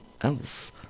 else